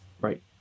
right